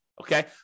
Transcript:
Okay